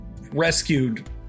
rescued